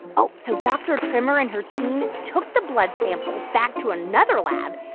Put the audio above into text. oh, so dr. trimmer and her team took the blood samples back to another lab.